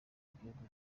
igihugu